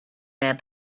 their